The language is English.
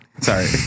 Sorry